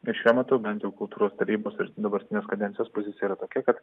ir šiuo metu bent jau kultūros tarybos ir dabartinės kadencijos pozicija yra tokia kad